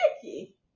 sticky